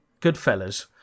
Goodfellas